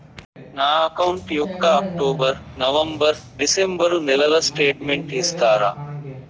నా అకౌంట్ యొక్క October, November, December నెలల స్టేట్మెంట్ ఇస్తారా?